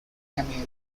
camille